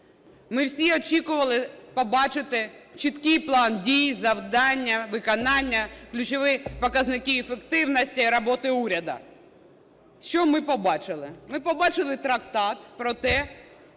Ми всі очікували побачити чіткий план дій, завдання, виконання, ключові показники ефективності роботи уряду. Що ми побачили? Ми побачили трактат про те,